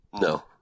No